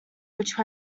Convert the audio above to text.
which